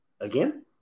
Again